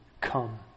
come